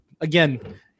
Again